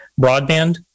Broadband